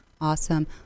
Awesome